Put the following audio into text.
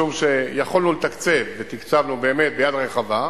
משום שיכולנו לתקצב, ותקצבנו באמת ביד רחבה,